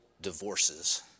divorces